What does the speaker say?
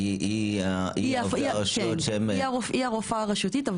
--- היא הרופאה הרשותית,